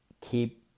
keep